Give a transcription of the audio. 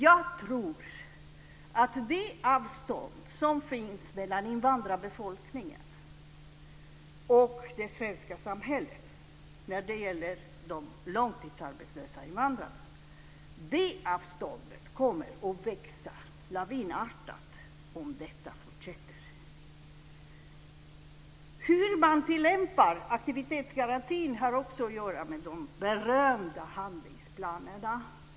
Jag tror att det avstånd som finns mellan invandrarbefolkningen och det svenska samhället när det gäller de långtidsarbetslösa invandrarna kommer att växa lavinartat om detta fortsätter. Hur man tillämpar aktivitetsgarantin har också att göra med de berömda handlingsplanerna.